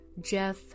Jeff